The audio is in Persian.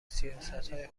سیاستهای